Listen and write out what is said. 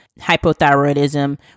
hypothyroidism